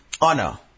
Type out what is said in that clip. honor